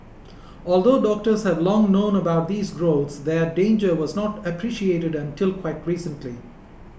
although doctors have long known about these growths their danger was not appreciated until quite recently